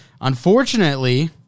Unfortunately